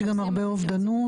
יש גם הרבה אובדנות,